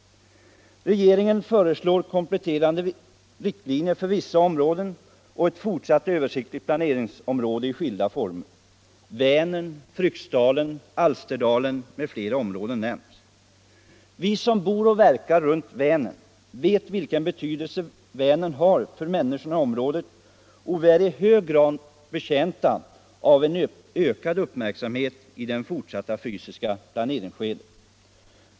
Regeringen föreslår kompletterande riktlinjer för vissa områden och ett fortsatt översiktligt planeringsområde i skilda former. Vänern, Fryksdalen, Alsterdalen med flera områden nämns. Vi som bor och verkar runt Vänern vet vilken betydelse Vänern har för människorna i området, och vi är i hög grad betjänta av en ökad uppmärksamhet i det fortsatta fysiska planeringsskedet.